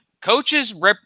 Coaches